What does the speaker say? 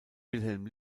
wilhelm